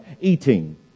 eating